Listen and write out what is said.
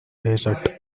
desert